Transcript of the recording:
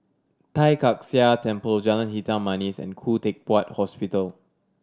Tai Kak Seah Temple Jalan Hitam Manis and Khoo Teck Puat Hospital